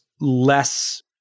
less